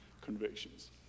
convictions